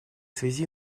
связи